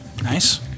Nice